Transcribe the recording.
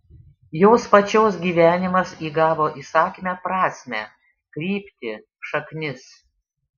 jos pačios gyvenimas įgavo įsakmią prasmę kryptį šaknis